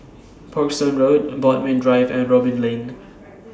Parkstone Road Bodmin Drive and Robin Lane